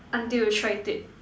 until you tried it